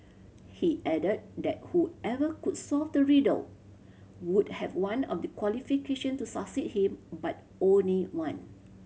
he added that whoever could solve the riddle would have one of the qualification to succeed him but only one